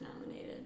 nominated